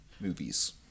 movies